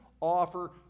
offer